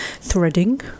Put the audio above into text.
threading